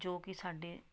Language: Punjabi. ਜੋ ਕਿ ਸਾਡੇ